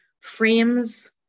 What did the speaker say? frames